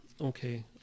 okay